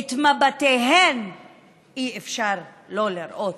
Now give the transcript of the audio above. את מבטיהן אי-אפשר לא לראות.